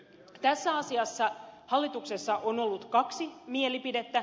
tässä asiassa hallituksessa on ollut kaksi mielipidettä